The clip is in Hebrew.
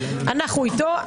אנחנו איתו.